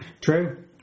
true